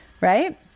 right